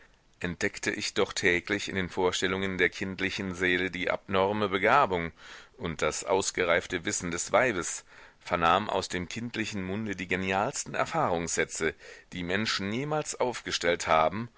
entdeckte ich doch täglich in den vorstellungen der kindlichen seele die abnorme begabung und das ausgereifte wissen des weibes vernahm aus dem kindlichen munde die genialsten erfahrungssätze die menschen jemals aufgestellt haben